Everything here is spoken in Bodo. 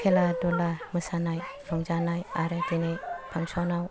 खेला दुला मोसानाय रंजानाय आरो दिनै फांसन नाव